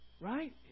Right